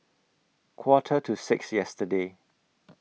Quarter to six yesterday